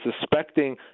suspecting